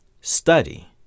study